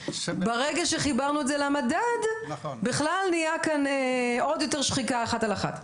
ברגע שחיברנו את זה למדד בכלל נהיתה כאן עוד יותר שחיקה אחת על אחת.